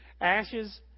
Ashes